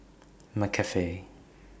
McCafe